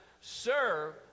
serve